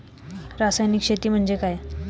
रासायनिक शेती म्हणजे काय?